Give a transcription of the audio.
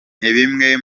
bimwe